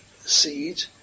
seed